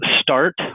start